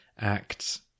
acts